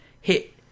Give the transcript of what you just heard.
hit